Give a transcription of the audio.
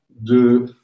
de